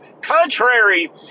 Contrary